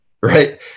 right